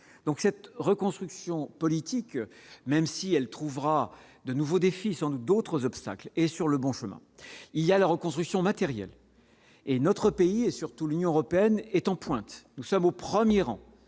donc cette reconstruction politique même si elle trouvera de nouveaux défis sans doute d'autres obstacles et sur le bon chemin, il y a la reconstruction matérielle et notre pays, et surtout l'Union européenne est en pointe, nous sommes au 1er rang